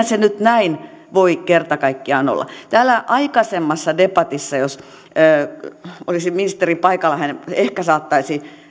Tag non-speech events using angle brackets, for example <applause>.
<unintelligible> se nyt näin voi kerta kaikkiaan olla täällä aikaisemmassa debatissa jos olisi ministeri paikalla hän ehkä saattaisi